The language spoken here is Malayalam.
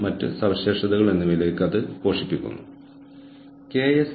നമ്മൾ സംസാരിക്കുന്നത് നമ്മൾക്ക് നൽകാൻ കഴിയുന്നതും അവർക്കില്ലാത്തതുമായ ഏതിനെയെങ്കിലും കുറിച്ചാണ്